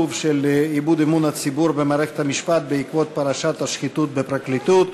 של איבוד אמון הציבור במערכת המשפט בעקבות פרשת השחיתות בפרקליטות.